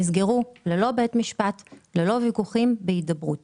נסגרו ללא בית משפט, ללא וויכוחים, בהידברות.